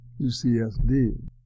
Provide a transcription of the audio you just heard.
UCSD